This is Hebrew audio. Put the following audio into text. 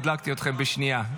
הדלקתי אתכם בשנייה.